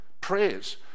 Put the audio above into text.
prayers